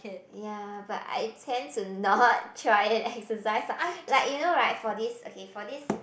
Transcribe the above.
ya but I tend to not try exercise ah like you know right for this okay for this